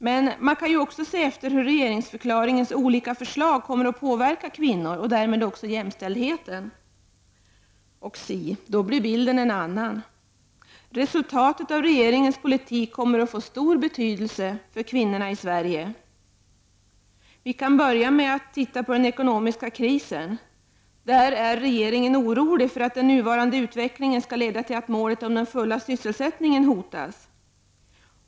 Men man kan också se efter hur regeringsförklaringens olika förslag kommer att påverka kvinnor och därmed också jämställdheten. Och si, då blir bilden en annan. Resultatet av regeringens politik kommer att få stor betydelse för kvinnorna i Sverige. Vi kan börja med att titta på den ekonomiska krisen. Regeringen är orolig för att den nuvarande utvecklingen skall leda till att målet om den fulla sysselsättningen hotas.